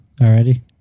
already